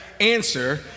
answer